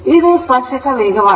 ಇದು ಸ್ಪರ್ಶಕ ವೇಗವಾಗಿದೆ